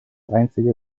einzige